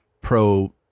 pro